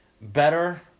better